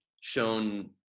shown